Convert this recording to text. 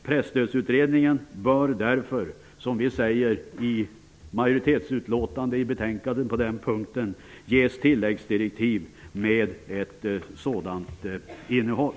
Presstödsutredningen bör därför -- som vi säger i ett majoritetsutlåtande på den punkten i betänkandet -- ges tilläggsdirektiv med ett sådant innehåll.